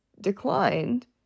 declined